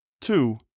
two